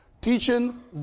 teaching